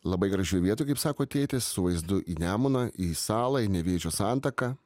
labai gražioj vietoj kaip sako tėtis su vaizdu į nemuną į salą į nevėžio santaką